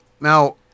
now